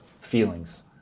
feelings